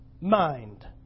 mind